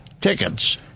tickets